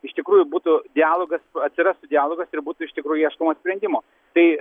iš tikrųjų būtų dialogas atsirastų dialogas ir būtų iš tikrųjų ieškoma sprendimo tai